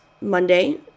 Monday